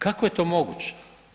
Kako je to moguće?